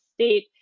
state